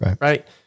right